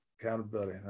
Accountability